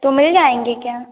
तो मिल जाएँगे क्या